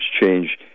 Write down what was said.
change